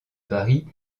paris